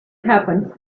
happens